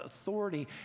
authority